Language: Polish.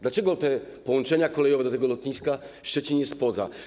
Dlaczego są połączenia kolejowe do tego lotniska, a Szczecin jest poza?